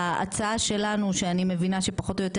ההצעה שלנו שאני מבינה שפחות או יותר